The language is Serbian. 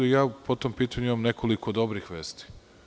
Po tom pitanju imam nekoliko dobrih vesti.